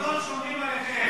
כוחות הביטחון שומרים עליכם.